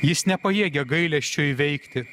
jis nepajėgia gailesčio įveikti